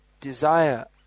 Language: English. desire